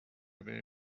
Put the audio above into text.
بره